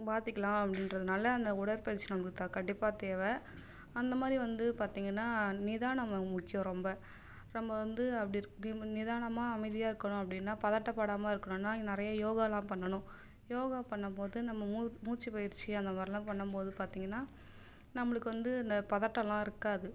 பாதிக்கலாம் அப்படின்றதனால அந்த உடற்பயிற்சி நம்பளுக்கு தா கண்டிப்பாக தேவை அந்த மாதிரி வந்து பார்த்திங்கன்னா நிதானம் மு முக்கியம் ரொம்ப நம்ம வந்து அப்படி இருக் நிதானமாக அமைதியாக இருக்கணும் அப்படின்னா பதட்டப்படாமல் இருக்கணும்னா நிறைய யோகாலாம் பண்ணனும் யோகா பண்ணும்போது நம்ம மூ மூச்சு பயிற்சி அந்த மாதிரிலான் பண்ணும்போது பார்த்திங்கன்னா நம்மளுக்கு வந்து இந்த பதட்டம்லாம் இருக்காது